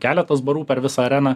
keletas barų per visą areną